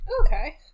Okay